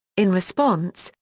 in response,